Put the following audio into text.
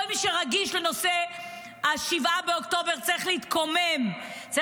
כל מי שרגיש לנושא 7 באוקטובר צריך להתקומם כי